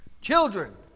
Children